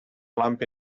lump